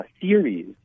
theories